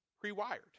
pre-wired